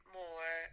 more